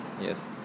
yes